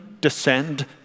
descend